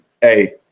Hey